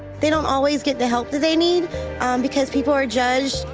they don't always get the help that they need because people are judged,